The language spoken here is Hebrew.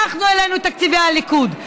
אנחנו העלינו את תקציבי התרבות.